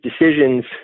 decisions